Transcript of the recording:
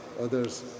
others